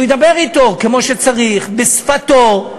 שהוא ידבר אתו כמו שצריך, בשפתו,